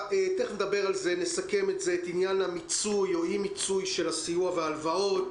תכף נסכם את עניין המיצוי או אי-מיצוי של הסיוע וההלוואות